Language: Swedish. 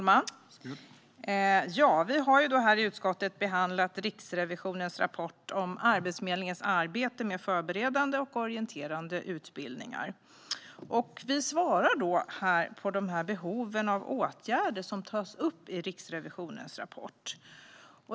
Herr talman! Vi har i utskottet behandlat Riksrevisionens rapport om Arbetsförmedlingens arbete med Förberedande och orienterande utbildning. Vi svarar på behoven av åtgärder som tas upp i Riksrevisionens rapport.